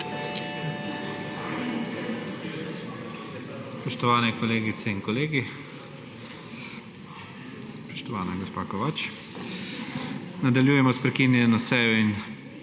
Spoštovani kolegice in kolegi, spoštovana gospa Kovač! Nadaljujemo sprekinjenosejo